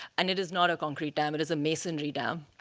and it is not a concrete dam, it is a masonry dam.